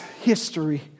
history